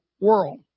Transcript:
world